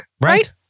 right